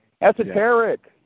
Esoteric